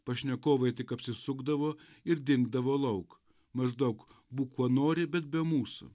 pašnekovai tik apsisukdavo ir dingdavo lauk maždaug būk kuo nori bet be mūsų